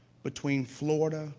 between florida,